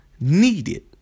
needed